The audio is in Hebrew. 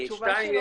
שתיים,